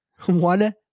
one